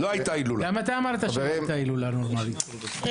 הייתה הילולה נורמלית.